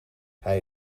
hij